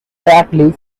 directly